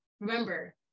remember